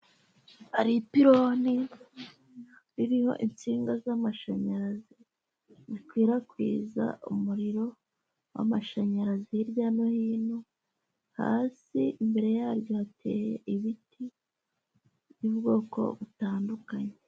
Hari ipironi ririho insinga z'amashanyarazi zikwirakwiza umuriro w'amashanyarazi hirya no hino, hasi imbere yaryo hateye ibiti by'ubwoko butandukanye.